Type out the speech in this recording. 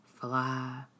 fly